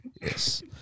Yes